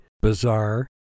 bizarre